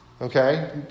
Okay